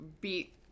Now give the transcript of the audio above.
beat